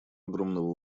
огромного